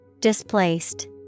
Displaced